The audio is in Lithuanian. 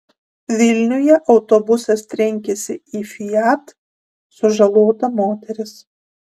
vilniuje autobusas trenkėsi į fiat sužalota moteris